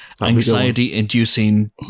anxiety-inducing